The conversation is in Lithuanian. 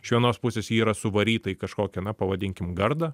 iš vienos pusės ji yra suvaryta į kažkokį na pavadinkim gardą